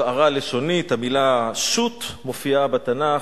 הבהרה לשונית: המלה "שוט" מופיעה בתנ"ך,